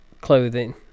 clothing